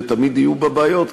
ותמיד יהיו בה בעיות,